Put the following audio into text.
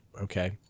okay